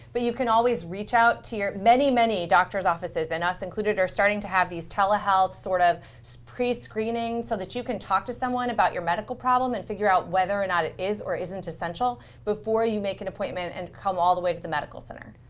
but you can always reach out to your many, many doctor's offices, and us included, are starting to have these telehealth sort of so pre screening so that you can talk to someone about your medical problem and figure out whether or not it is or isn't essential before you make an appointment and come all the way to the medical center.